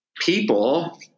people